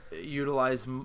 utilize